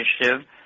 initiative